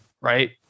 right